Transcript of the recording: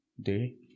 day